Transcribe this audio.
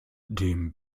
dem